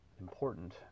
important